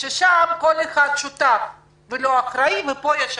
שם כל אחד שותף ולא אחראי,